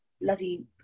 bloody